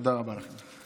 תודה רבה לכם.